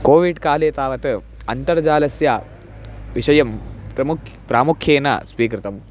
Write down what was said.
कोविड्काले तावत् अन्तर्जालस्य विषयं प्रमुखं प्रामुख्येन स्वीकृतम्